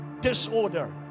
disorder